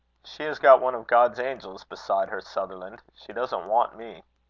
she has got one of god's angels beside her, sutherland. she doesn't want me.